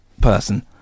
person